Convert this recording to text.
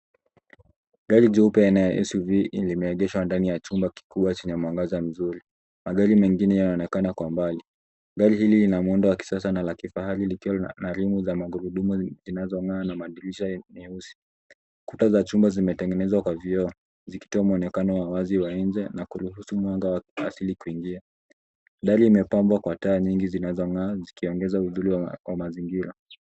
Gari jeupe aina ya Suv limegeshwa ndani ya chumba kikubwa chenye mwangaza mzuri ,magari mengine yanaonekana kwa mbali gari hili lina muundo kisasa na la kifahari likiwa na rimu za magurudumu zinazong'aa na madirisha nyeusi ,kuta za chumba zimetengenezwa kwa vyoo zikitoa muonekano wa wazi wa nje na kuruhusu mwanga wa asili kuingia gari imepambwa kwa taa nyingi zikiongeza udhuru wa mazingira.